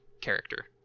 character